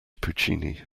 puccini